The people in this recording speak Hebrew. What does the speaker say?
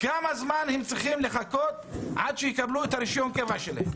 כמה זמן הן צריכות לחכות עד שיקבלו את רישיון הקבע שלהן?